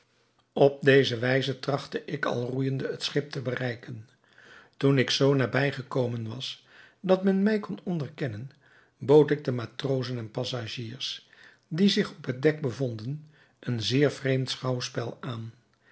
op deze wijze trachtte ik al roeijende het schip te bereiken toen ik zoo nabij gekomen was dat men mij kon onderkennen bood ik den matrozen en passagiers die zich op het dek bevonden een zeer vreemd schouwspel aan